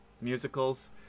musicals